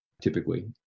typically